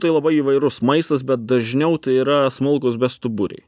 tai labai įvairus maistas bet dažniau tai yra smulkūs bestuburiai